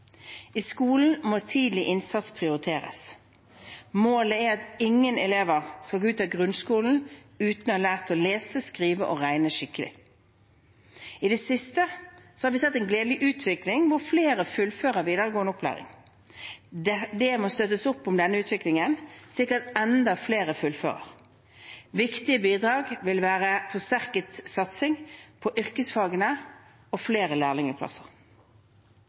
I skolen må tidlig innsats prioriteres. Målet er at ingen elever skal gå ut av grunnskolen uten å ha lært å lese, skrive og regne skikkelig. I det siste har vi sett en gledelig utvikling hvor flere fullfører videregående opplæring. Det må støttes opp om denne utviklingen, slik at enda flere fullfører. Viktige bidrag vil være forsterket satsing på yrkesfagene og flere